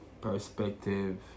perspective